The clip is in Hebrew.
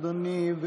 אדוני,